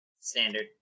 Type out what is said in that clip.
Standard